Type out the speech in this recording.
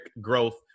growth